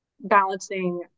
balancing